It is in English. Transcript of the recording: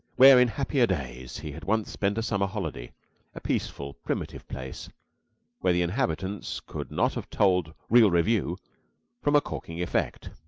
where, in happier days, he had once spent a summer holiday a peaceful, primitive place where the inhabitants could not have told real revue from a corking effect.